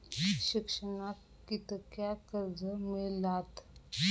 शिक्षणाक कीतक्या कर्ज मिलात?